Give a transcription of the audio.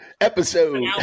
episode